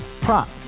prop